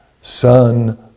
Son